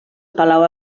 palau